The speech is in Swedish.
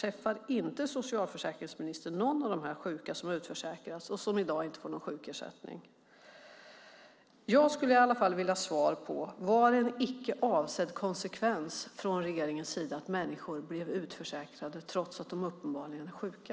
Träffar inte socialförsäkringsministern någon av de sjuka som utförsäkras och i dag inte får någon sjukersättning? Jag skulle i alla fall vilja ha svar på frågan: Var det en icke avsedd konsekvens från regeringens sida att människor blev utförsäkrade trots att de uppenbarligen är sjuka?